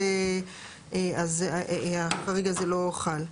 אז החריג הזה לא חל.